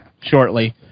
shortly